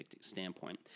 standpoint